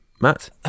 Matt